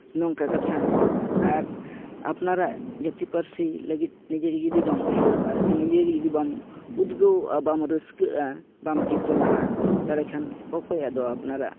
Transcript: ᱱᱚᱝᱠᱟ ᱠᱟᱛᱷᱟ ᱟᱨ ᱟᱯᱱᱟᱨᱟᱜ ᱡᱟᱹᱛᱤ ᱯᱟᱹᱨᱥᱤ ᱞᱟᱹᱜᱤᱫ ᱱᱤᱡᱮᱜᱮ ᱡᱩᱫᱤ ᱵᱟᱢ ᱩᱭᱦᱟᱹᱨᱚᱜᱼᱟ ᱥᱮ ᱱᱤᱡᱮ ᱜᱮ ᱡᱩᱫᱤ ᱵᱟᱢ ᱩᱫᱽᱜᱟᱹᱜᱼᱟ ᱵᱟᱢ ᱨᱟᱹᱥᱠᱟᱹᱜᱼᱟ ᱵᱟᱢ ᱪᱮᱛᱚᱱᱚᱜᱼᱟ ᱛᱟᱦᱚᱞᱮ ᱠᱷᱟᱱ ᱚᱠᱚᱭ ᱟᱫᱚ ᱟᱯᱱᱟᱨᱟᱜ